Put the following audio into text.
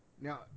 Now